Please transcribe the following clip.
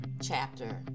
chapter